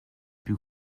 plus